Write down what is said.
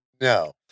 no